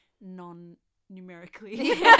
non-numerically